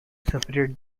separate